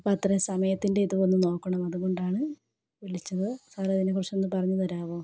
അപ്പം അത്രയും സമയത്തിൻ്റെ ഇത് ഒന്ന് നോക്കണം അതുകൊണ്ടാണ് വിളിച്ചത് സാറ് അതിനെക്കുറിച്ചൊന്ന് പറഞ്ഞ് തരാമോ